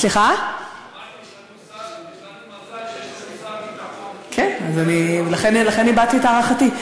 מזל שיש לנו שר ביטחון, כן, לכן הבעתי את הערכתי.